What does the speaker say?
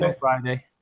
Friday